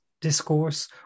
discourse